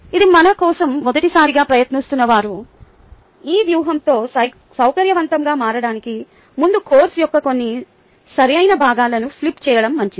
ఇది మన కోసం మొదటిసారిగా ప్రయత్నిస్తున్న వారు ఈ వ్యూహంతో సౌకర్యవంతంగా మారడానికి ముందు కోర్సు యొక్క కొన్ని సరిఅయిన భాగాలను ఫ్లిప్ చేయడం మంచిది